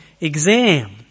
exam